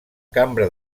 cambra